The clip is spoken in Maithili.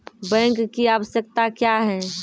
बैंक की आवश्यकता क्या हैं?